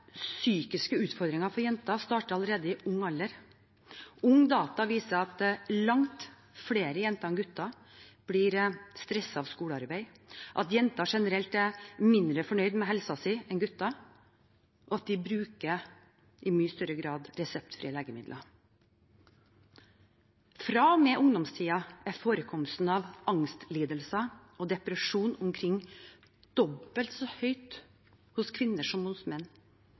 psykiske utfordringer for jenter starter allerede i ung alder. Ungdata viser at langt flere jenter enn gutter blir stresset av skolearbeid, at jenter generelt er mindre fornøyd med helsen sin enn gutter, og at de i mye større grad bruker reseptfrie legemidler. Fra og med ungdomstiden er forekomsten av angstlidelser og depresjon omkring dobbelt så høy hos kvinner som hos menn,